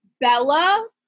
Bella